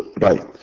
right